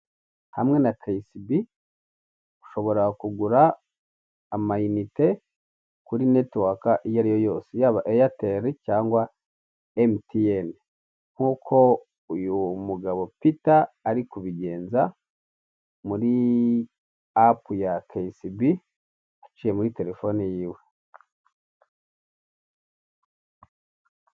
Hamwe na KCB, ushobora kugura ama inite kuri network iyo ari yo yose, yaba Airtel cyangwa MTN, nkuko uyu mugabo Peter ari kubigenza muri app ya KCB aciye muri telefoni yiwe.